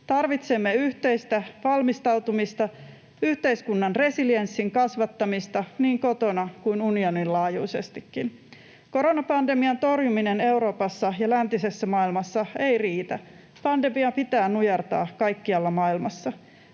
Tarvitsemme yhteistä valmistautumista, yhteiskunnan resilienssin kasvattamista niin kotona kuin unionin laajuisestikin. Koronapandemian torjuminen Euroopassa ja läntisessä maailmassa ei riitä, pandemia pitää nujertaa kaikkialla maailmassa.